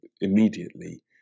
immediately